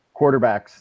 quarterbacks